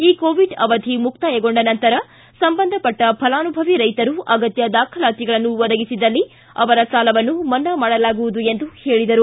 ಈ ಕೋವಿಡ್ ಅವಧಿ ಮುಕ್ತಾಯಗೊಂಡ ನಂತರ ಸಂಬಂಧಪಟ್ಟ ಫಲಾನುಭವಿ ರೈತರು ಅಗತ್ಯ ದಾಖಲಾತಿಗಳನ್ನು ಒದಗಿಸಿದ್ದಲ್ಲಿ ಅವರ ಸಾಲವನ್ನು ಮನ್ನಾ ಮಾಡಲಾಗುವುದು ಎಂದು ಹೇಳಿದರು